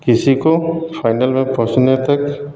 किसी को फाइनल में पहुँचने तक